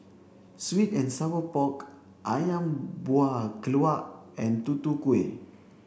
sweet and sour pork Ayam Buah Keluak and Tutu Kueh